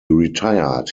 retired